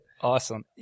Awesome